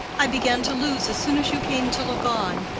i began to lose as soon as you came to look on.